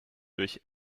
durch